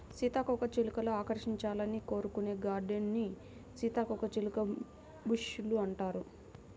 సీతాకోకచిలుకలు ఆకర్షించాలని కోరుకునే గార్డెన్స్ ని సీతాకోకచిలుక బుష్ లు అంటారు